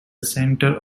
center